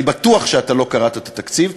אני בטוח שאתה לא קראת את התקציב,